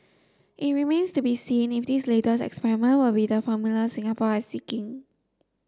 it remains to be seen if this latest experiment will be the formula Singapore is seeking